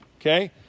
okay